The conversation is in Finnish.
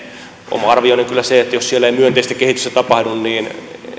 oma arvioni on kyllä se että jos siellä ei myönteistä kehitystä tapahdu niin